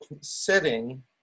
sitting